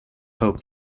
hope